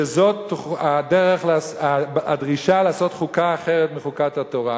שזאת הדרישה לעשות חוקה אחרת מחוקת התורה.